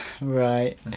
Right